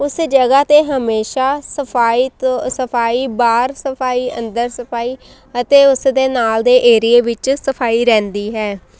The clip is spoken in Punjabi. ਉਸ ਜਗ੍ਹਾ 'ਤੇ ਹਮੇਸ਼ਾ ਸਫਾਈ ਤੋਂ ਸਫਾਈ ਬਾਹਰ ਸਫਾਈ ਅੰਦਰ ਸਫਾਈ ਅਤੇ ਉਸਦੇ ਨਾਲ ਦੇ ਏਰੀਏ ਵਿੱਚ ਸਫਾਈ ਰਹਿੰਦੀ ਹੈ